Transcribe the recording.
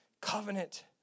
covenant